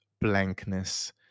blankness